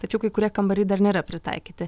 tačiau kai kurie kambariai dar nėra pritaikyti